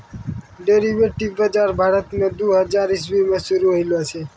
derivative बजार भारत देश मे दू हजार इसवी मे शुरू होलो छै